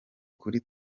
kuri